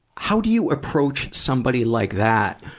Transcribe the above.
how do you approach somebody like that,